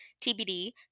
TBD